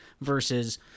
versus